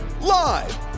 Live